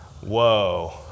Whoa